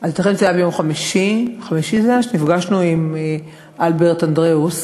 אז ייתכן שזה היה ביום חמישי שנפגשנו עם אלברט אנדראוס